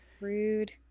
Rude